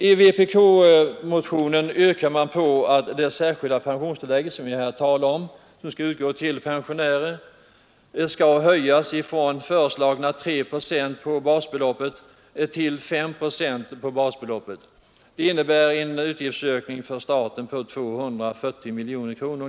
I vpk-motionen yrkas att det särskilda tillägget, som skall utgå till pensionärerna, skall höjas från föreslagna 3 procent på basbeloppet till 5 procent. Det innebär en utgiftsökning för staten på ungefär 240 miljoner kronor.